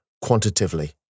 quantitatively